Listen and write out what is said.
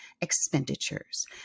expenditures